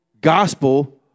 gospel